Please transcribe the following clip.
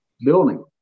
building